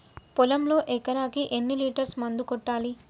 పొలంలో ఎకరాకి ఎన్ని లీటర్స్ మందు కొట్టాలి?